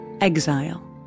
exile